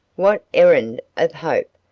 what errand of hope,